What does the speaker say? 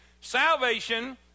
Salvation